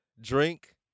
Drink